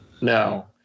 No